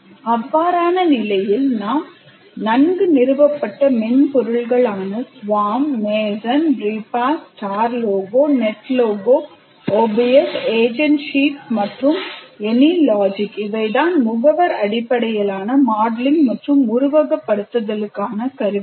அவ்வாறான நிலையில் நாம் நன்கு நிறுவப்பட்ட மென்பொருள்கள் ஆன Swarm MASON Repast StarLogo NetLogo OBEUS AgentSheets மற்றும் AnyLogic இவைகள்தான் முகவர் அடிப்படையிலான மாடலிங் மற்றும் உருவகப்படுத்துதலுக்கான கருவிகள்